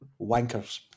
wankers